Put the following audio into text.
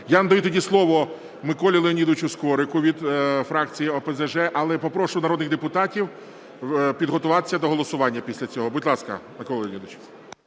Я вам даю тоді слово Миколі Леонідовичу Скорику від фракції ОПЗЖ, але попрошу народних депутатів підготуватися до голосування після цього. Будь ласка, Микола Леонідович.